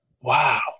wow